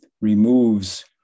removes